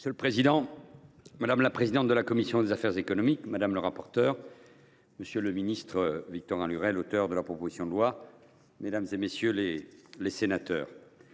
Monsieur le président, madame la présidente de la commission des affaires économiques, madame le rapporteur, monsieur l’auteur de la proposition de loi, mesdames, messieurs les sénateurs